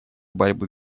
борьбы